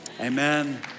Amen